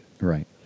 right